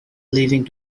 leaving